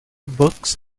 books